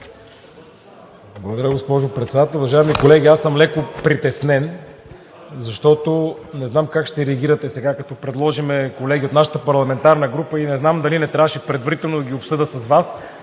Благодаря, госпожо Председател. Уважаеми колеги, аз съм леко притеснен, защото не знам как ще реагирате сега като предложим колеги от нашата парламентарна група и не знам дали не трябваше предварително да ги обсъдя с Вас